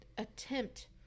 Attempt